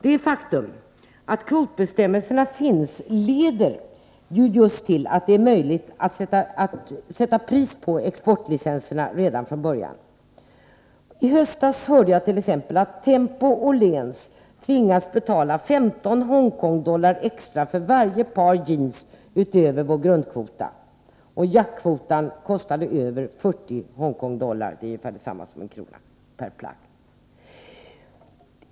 Det faktum att kvotbestämmelserna finns leder just till att det är möjligt att sätta pris på importlicenserna redan från början. I höstas hörde jag t.ex. att Tempo och Åhléns tvingas betala 15 Hongkongdollar extra för varje par jeans utöver vår grundkvota. Jackkvotan kostade över 40 Hongkongdollar — det är ungefär detsamma som en krona per plagg.